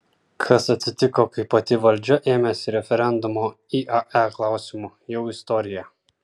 kas atsitiko kai pati valdžia ėmėsi referendumo iae klausimu jau istorija